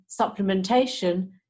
supplementation